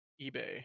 eBay